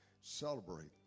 celebrate